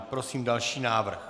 Prosím další návrh.